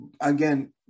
again